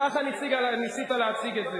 לא ככה ניסית להציג את זה.